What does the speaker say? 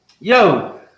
Yo